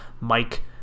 Mike